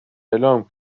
اعلام